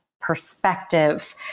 perspective